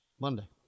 monday